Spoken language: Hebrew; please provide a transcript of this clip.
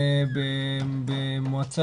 במועצה